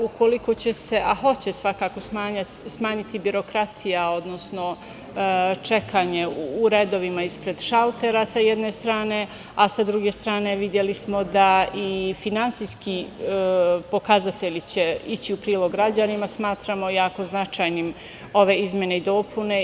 Ukoliko će se, a hoće se svakako smanjiti birokratija, odnosno čekanje u redovima ispred šaltera, sa jedne strane, a sa druge strane videli smo da i finansijski pokazatelji će ići u prilog građanima i smatramo jako značajnim ove izmene i dopune.